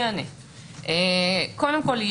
קודם כול,